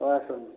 ହେଉ ଆସନ୍ତୁ